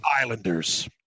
Islanders